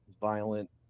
violent